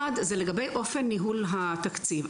אחד זה לגבי אופן ניהול התקציב.